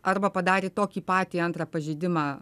arba padarė tokį patį antrą pažeidimą